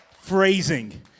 Phrasing